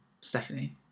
Stephanie